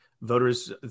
voters